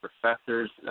professors